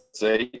say